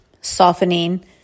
softening